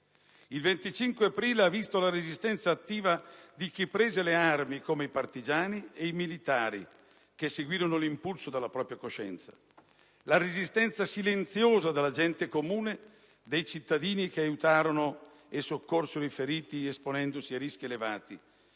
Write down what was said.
Il 25 aprile ha visto la resistenza attiva di chi prese le armi come i partigiani e i militari, che seguirono l'impulso della propria coscienza; la resistenza silenziosa della gente comune, dei cittadini che aiutarono e soccorsero i feriti esponendosi a rischi elevati;